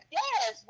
yes